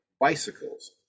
bicycles